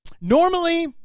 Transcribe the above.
Normally